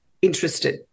interested